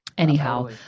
Anyhow